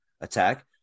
attack